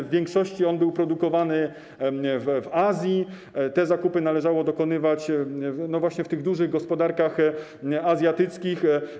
W większości on był produkowany w Azji, tych zakupów należało dokonywać właśnie w tych dużych gospodarkach azjatyckich.